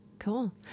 Cool